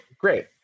Great